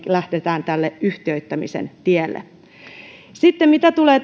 lähdetään tälle yhtiöittämisen tielle mitä sitten tulee